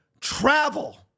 travel